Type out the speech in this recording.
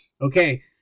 Okay